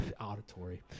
auditory